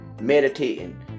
Meditating